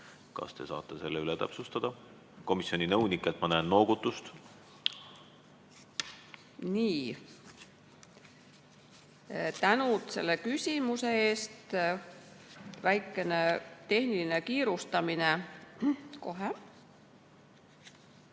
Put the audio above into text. Kas te saate selle üle täpsustada? Komisjoni nõunikud, ma näen, noogutavad. Nii. Tänan selle küsimuse eest. Väikene tehniline kiirustamine.